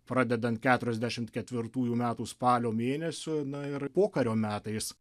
pradedant keturiasdešimt ketvirtųjų metų spalio mėnesiu na ir pokario metais